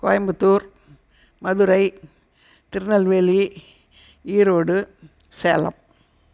Coimbatore Madurai Tirunelveli Erode Salem